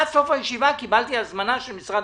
עד סוף הישיבה קיבלתי הזמנה של משרד